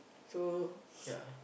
so ya